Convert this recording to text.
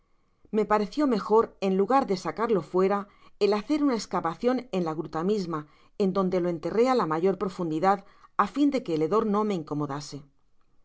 me pareció mejor en lugar de sacarlo fuera el hacer una escavacion en la gruta misma en donde lo enterré á la mayor profundidad á fin de que el hedor no me incomodase